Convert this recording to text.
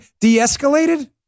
de-escalated